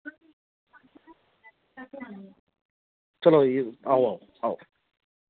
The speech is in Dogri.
चलोई आओ आओ